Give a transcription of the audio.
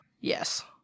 Yes